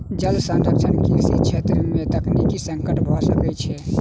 जल संरक्षण कृषि छेत्र में तकनीकी संकट भ सकै छै